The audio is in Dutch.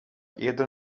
eerder